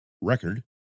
record